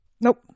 Nope